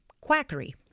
quackery